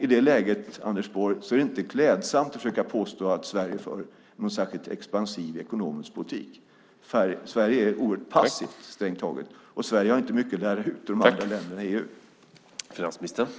I det läget, Anders Borg, är det inte klädsamt att försöka påstå att Sverige för någon särskilt expansiv ekonomisk politik. Sverige är strängt taget oerhört passivt, och Sverige har inte mycket att lära ut till de andra länderna i EU.